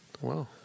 Wow